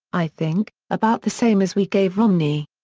i think, about the same as we gave romney.